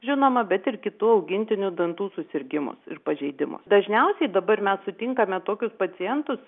žinoma bet ir kitų augintinių dantų susirgimus ir pažeidimus dažniausiai dabar mes sutinkame tokius pacientus